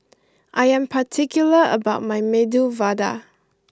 I am particular about my Medu Vada